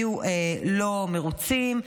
יהיו לא מרוצים,